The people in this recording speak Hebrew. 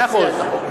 מאה אחוז.